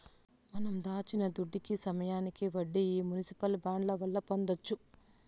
మనం దాచిన దుడ్డుకి సమయానికి వడ్డీ ఈ మునిసిపల్ బాండ్ల వల్ల పొందొచ్చు